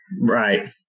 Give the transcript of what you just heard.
Right